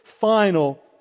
final